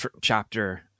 chapter